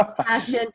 passion